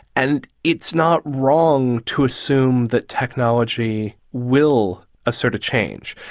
and it's not wrong to assume that technology will assert a change.